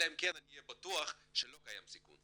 אלא אם כן אהיה בטוח שלא קיים סיכון.